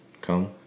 Come